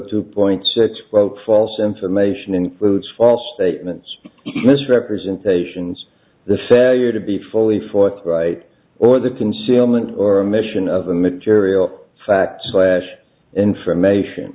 two point six broke false information includes false statements misrepresentations the failure to be fully forthright or the concealment or omission of a material fact flash information